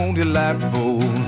delightful